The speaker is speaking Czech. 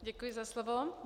Děkuji za slovo.